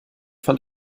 fand